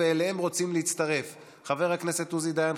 ואליהם רוצים להצטרף חבר הכנסת עוזי דיין,